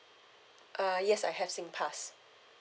uh yes I have singpass